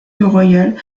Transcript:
royal